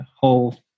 whole